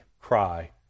cry